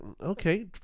okay